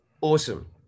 awesome